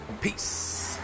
Peace